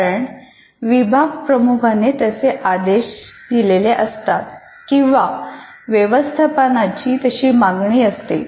कारण विभाग प्रमुखाचे तसे आदेश असतात किंवा व्यवस्थापनाची तशी मागणी असते